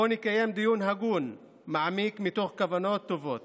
בואו נקיים דיון הגון, מעמיק מתוך כוונות טובות